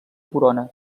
corona